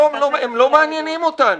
הם לא מעניינים אותנו.